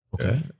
Okay